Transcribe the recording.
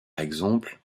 exemple